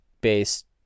based